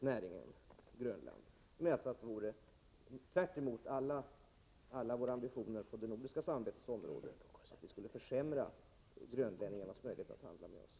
Jag menar att det vore tvärtemot alla våra ambitioner på det nordiska samarbetets område, om vi skulle försämra grönlänningarnas möjlighet att handla med oss.